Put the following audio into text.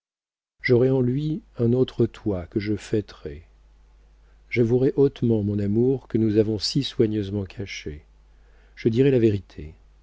j'aurai en lui un autre toi que je fêterai j'avouerai hautement mon amour que nous avons si soigneusement caché je dirai la vérité